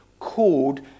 called